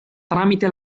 tramite